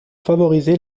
favoriser